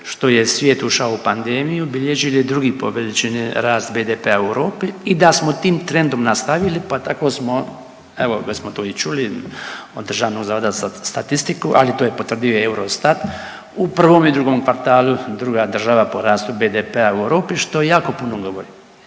što je svijet ušao u pandemiju, bilježili drugi po veličini rast BDP-a u Europi i da smo tim trendom nastavili, pa tako smo, evo, već smo to i čuli od DZS-a, ali to je potvrdio i Eurostat, u prvom i drugom kvartalu, druga država po rastu BDP-a u Europi, što jako puno govori.